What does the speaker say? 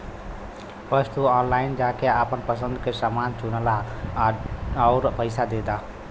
बस तू ऑनलाइन जाके आपन पसंद के समान चुनला आउर पइसा दे दा